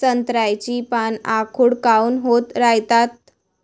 संत्र्याची पान आखूड काऊन होत रायतात?